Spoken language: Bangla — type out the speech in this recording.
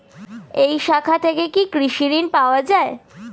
এই শাখা থেকে কি কৃষি ঋণ পাওয়া যায়?